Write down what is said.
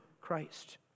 Christ